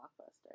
Blockbuster